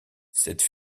cette